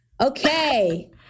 Okay